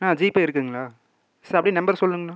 ஆ GPay இருக்குங்ளா சரி அப்டே நம்பர் சொல்லுங்கண்ணா